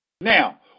Now